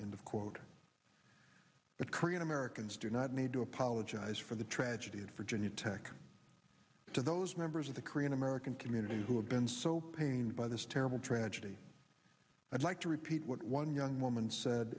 in the quote but korean americans do not need to apologize for the tragedy at virginia tech to those members of the korean american community who have been so pained by this terrible tragedy i'd like to repeat what one young woman said